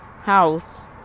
house